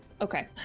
Okay